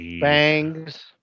Bangs